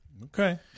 Okay